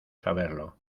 saberlo